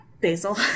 Basil